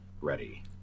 ready